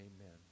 Amen